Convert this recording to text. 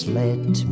let